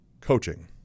coaching